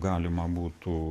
galima būtų